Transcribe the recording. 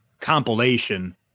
compilation